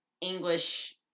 English